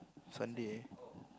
Sunday